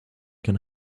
can